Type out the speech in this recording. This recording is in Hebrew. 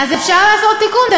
אז אפשר לעשות תיקון,